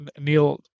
Neil